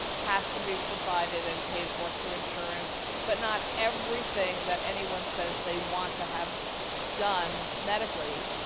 has to be provided and paid for through insurance but not everything that anyone says they want to have done medically,